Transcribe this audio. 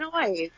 noise